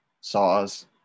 saws